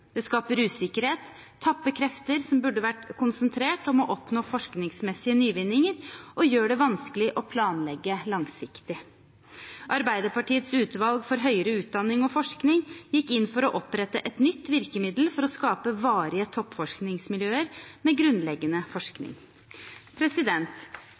Det skaper usikkerhet, tapper krefter som burde vært konsentrert om å oppnå forskningsmessige nyvinninger, og gjør det vanskelig å planlegge langsiktig. Arbeiderpartiets utvalg for høyere utdanning og forskning gikk inn for å opprette et nytt virkemiddel for å skape varige toppforskningsmiljøer med grunnleggende